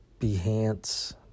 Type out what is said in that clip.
Behance